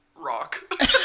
Rock